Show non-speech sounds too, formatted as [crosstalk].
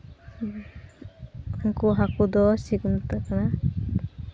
ᱩᱱᱠᱩ ᱦᱟᱹᱠᱩ ᱫᱚ [unintelligible]